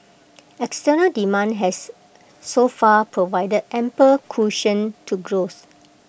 external demand has so far provided ample cushion to growth